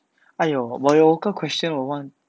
哎哟我有个 question 我忘